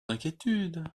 d’inquiétude